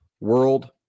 world